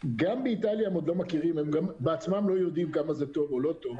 גם באיטליה הם עדיין לא יודעים עד כמה זה טוב או לא טוב.